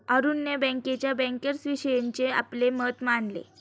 अरुणने बँकेच्या बँकर्सविषयीचे आपले मत मांडले